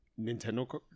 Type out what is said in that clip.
Nintendo